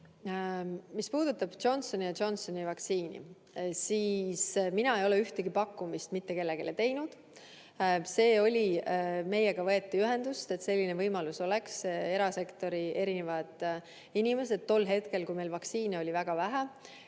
Mis puudutab Johnsoni & Johnsoni vaktsiini, siis mina ei ole ühtegi pakkumist mitte kellelegi teinud. See oli nii, et meiega võeti ühendust, et selline võimalus oleks. Erasektori inimesed tol hetkel, kui meil vaktsiini oli väga vähe,